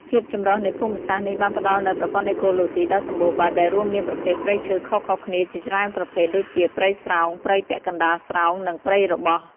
ភាពចម្រុះនៃភូមិសាស្ត្រនេះបានផ្តល់នូវ ប្រព័ន្ធអេកូឡូស៊ីដ៏សម្បូរបែប ដែលរួមមានប្រភេទព្រៃឈើខុសៗគ្នាជាច្រើនប្រភេទ ដូចជាព្រៃស្រោង ព្រៃពាក់កណ្តាលស្រោង និងព្រៃរបោះ។